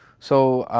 so,